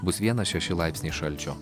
bus vienas šeši laipsniai šalčio